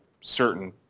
certain